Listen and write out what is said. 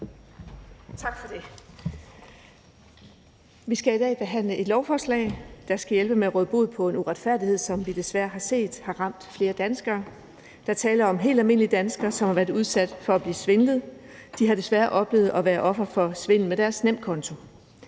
Tak for det.